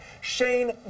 Shane